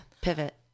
Pivot